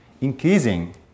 increasing